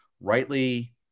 rightly